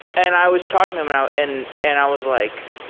and i was talking to him and i and and i was like,